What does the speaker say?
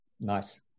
Nice